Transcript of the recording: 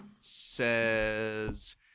says